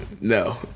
No